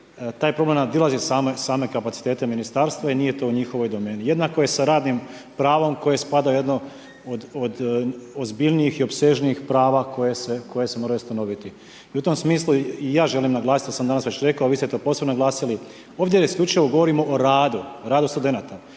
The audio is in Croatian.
taj problem nadilazi same kapacitete ministarstva i nije to u njihovoj domeni. Jednako je sa radnim pravom koje spada u jedno od ozbiljnih i opsežniji prava koje se mora ustanoviti. I u tim smislu i ja želim naglasiti što sam danas već rekao, a vi ste to posebno naglasili, ovdje isključivo govorimo o radu, o radu studenata.